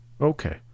okay